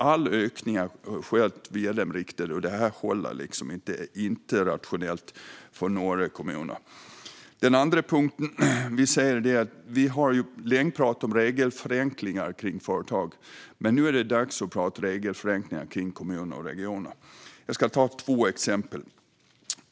Alla ökningar har alltså skett i de riktade statsbidragen, och det håller liksom inte. Det är inte rationellt för några kommuner. Det andra området är regelförenklingar. Vi har länge talat om regelförenklingar för företag, men nu är det dags att tala om regelförenklingar för kommuner och regioner. Jag ska ta två exempel.